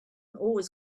always